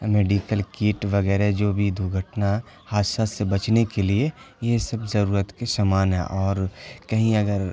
medical kit وغیرہ جو بھی درگھٹنا حادثات سے بچنے کے لیے یہ سب ضرورت کے سامان ہے اور کہیں اگر